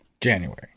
January